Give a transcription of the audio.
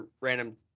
random